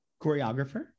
choreographer